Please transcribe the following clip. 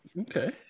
Okay